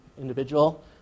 individual